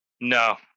no